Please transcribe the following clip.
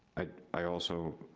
i i also,